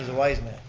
wise man,